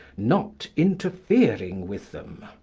not interfering with them.